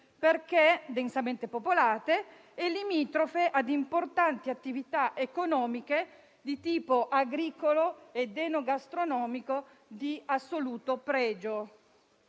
perché densamente popolate e limitrofe ad importanti attività economiche di tipo agricolo ed enogastronomico di assoluto pregio.